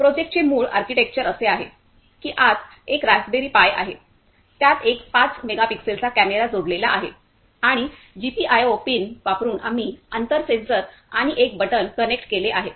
प्रोजेक्टचे मूळ आर्किटेक्चर असे आहे की आत एक रासबेरी पाई आहे त्यात एक 5 मेगापिक्सलचा कॅमेरा जोडलेला आहे आणि जीपीआयओ पिन वापरुन आम्ही अंतर सेन्सर आणि एक बटण कनेक्ट केले आहे